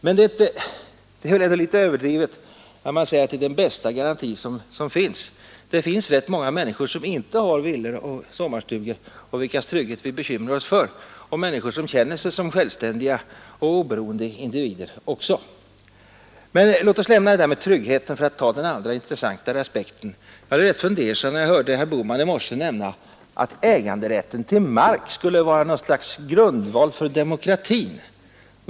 Men det är väl lite överdrivet att säga, att det är den bästa garantin som finns — det finns rätt många människor, som inte har villor och sommarstugor och vilkas trygghet vi bekymrar oss för, människor som känner sig som både trygga och självständiga individer. Låt oss lämna det där med trygghet och ta den andra aspekten. Jag blev rätt fundersam när jag i morse hörde herr Bohman nämna att äganderätten till mark skulle vara något slags grundval för demokrati.